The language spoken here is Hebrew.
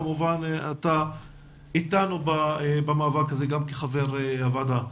כמובן אתה איתנו במאבק הזה גם כחבר הוועדה.